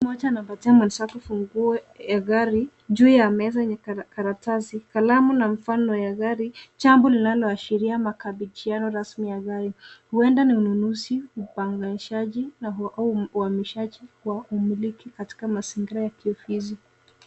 Mmoja anapatia mwenzake funguo ya gari, juu ya meza yenye karatasi, kalamu na mfano ya gari, jambo linaloashiria makabiliano rasmi ya gari. Huenda ni ununuzi, upangishaji na au uhamishaji wa umiliki katika mazingira ya kiofisi.